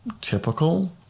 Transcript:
typical